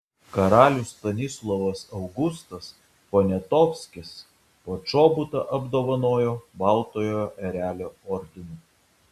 karalius stanislovas augustas poniatovskis počobutą apdovanojo baltojo erelio ordinu